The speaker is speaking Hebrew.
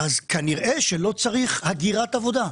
כנראה שלא צריך הגירת עבודה,